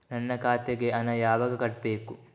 ನನ್ನ ಖಾತೆಗೆ ಹಣ ಯಾವಾಗ ಕಟ್ಟಬೇಕು?